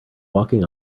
walking